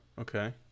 Okay